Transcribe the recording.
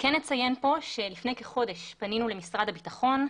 כן נציין פה שלפני כחודש פנינו למשרד הביטחון,